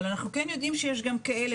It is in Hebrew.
אבל אנחנו כן יודעים שיש גם כאלה.